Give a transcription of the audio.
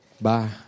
Bye